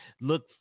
look